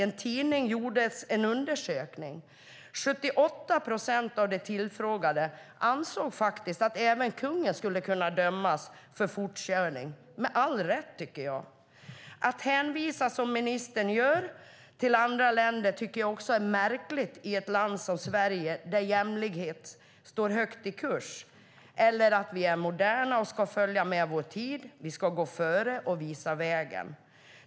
En tidning gjorde en undersökning där 78 procent av de tillfrågade ansåg att även kungen skulle kunna dömas för fortkörning - med all rätt, tycker jag. Att som ministern gör hänvisa till andra länder tycker jag är märkligt i ett land som Sverige, där jämlikhet står högt i kurs och där vi är moderna och ska följa med vår tid. Vi ska gå före och visa vägen.